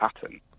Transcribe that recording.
pattern